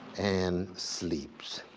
and sleeps.